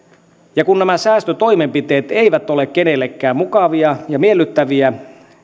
ja kun nämä säästötoimenpiteet eivät ole kenellekään mukavia ja miellyttäviä